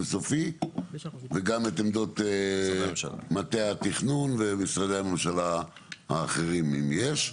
סופי וגם את עמדות מטה התכנון ומשרדי הממשלה האחרים אם יש,